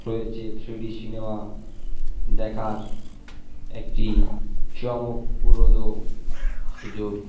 রয়েছে three D cinema দেখার একটি চমকপ্রদ সুযোগ